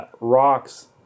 Rocks